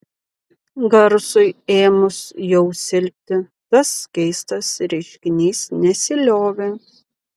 garsui ėmus jau silpti tas keistas reiškinys nesiliovė